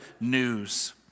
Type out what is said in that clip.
news